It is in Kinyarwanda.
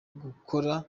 gukora